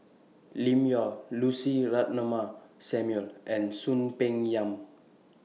Lim Yau Lucy Ratnammah Samuel and Soon Peng Yam